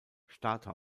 starter